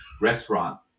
restaurant